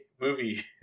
movie